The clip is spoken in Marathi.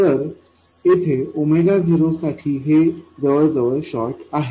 तर येथे 0साठी हे जवळ जवळ शॉर्ट आहे